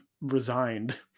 resigned